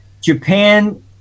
Japan